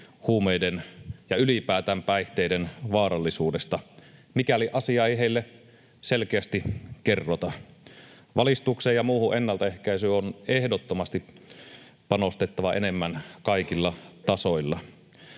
huumeiden ja ylipäätään päihteiden vaarallisuudesta, mikäli asiaa ei heille selkeästi kerrota. Valistukseen ja muuhun ennaltaehkäisyyn on ehdottomasti panostettava enemmän kaikilla tasoilla.